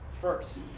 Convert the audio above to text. First